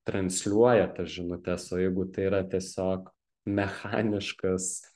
transliuoja tas žinutes o jeigu tai yra tiesiog mechaniškas